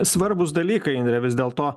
svarbūs dalykai indre vis dėlto